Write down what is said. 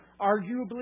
arguably